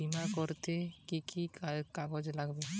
বিমা করতে কি কি কাগজ লাগবে?